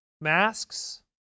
masks